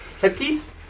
headpiece